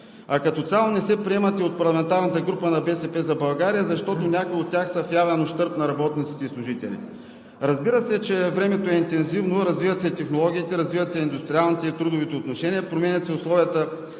Като цяло не се приемат и от парламентарната група на „БСП за България“, защото някои от тях са в явен ущърб на работниците и служителите. Разбира се, че времето е интензивно – развиват се технологиите, развиват се индустриалните и трудовите отношения, променят се условията